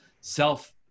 self